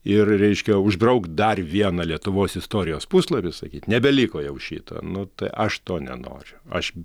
ir reiškia užbrauk dar vieną lietuvos istorijos puslapį sakyt nebeliko jau šito nu tai aš to nenoriu aš